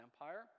empire